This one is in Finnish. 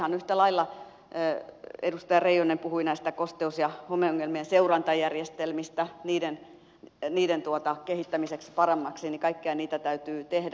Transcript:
ihan yhtä lailla kun edustaja reijonen puhui näistä kosteus ja homeongelmien seurantajärjestelmistä ja niiden kehittämisestä paremmaksi kaikkia niitä täytyy tehdä